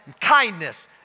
kindness